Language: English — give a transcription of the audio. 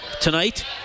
tonight